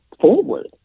forward